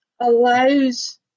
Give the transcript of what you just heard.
allows